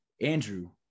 Andrew